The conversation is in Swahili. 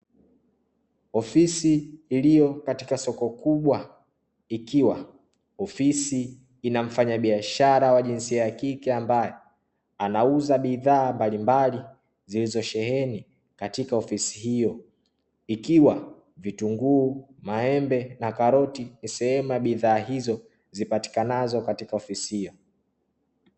Ofisi iliyo katika soko kubwa ikiwa ofisi ina mfanyabiashara wa jinsia ya kike ambaye anauza bidhaa mbalimbali zilizosheheni katika ofisi hiyo ikiwa vitunguu, maembe na karoti ni sehemu ya bidhaa hizo zipatikanazo katika ofisi hiyo.